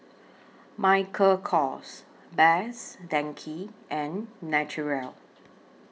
Michael Kors Best Denki and Naturel